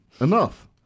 Enough